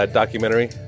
documentary